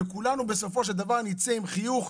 כולנו בסופו של דבר נצא עם חיוך,